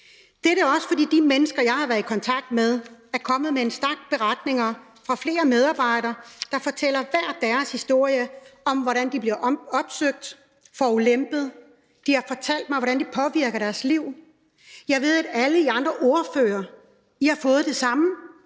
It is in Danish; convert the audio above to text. Det gør vi også, fordi de mennesker, jeg har været i kontakt med, er kommet med en stak beretninger fra flere medarbejdere, der fortæller hver deres historie om, hvordan de bliver opsøgt, forulempet. De har fortalt mig, hvordan det påvirker deres liv. Jeg ved, at alle I andre ordførere har fået det samme,